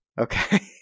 Okay